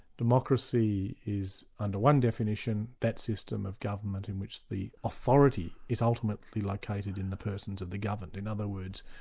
democracy is under one definition, that system of government in which the authority is ultimately located in the persons of the governed. in other words,